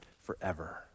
forever